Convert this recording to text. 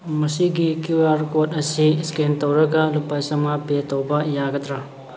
ꯃꯁꯤꯒꯤ Q R code ꯑꯁꯤ scan ꯇꯧꯔꯒ ꯂꯨꯄꯥ ꯆꯥꯝꯃꯉꯥ ꯄꯦ ꯇꯧꯕ ꯌꯥꯒꯗ꯭ꯔꯥ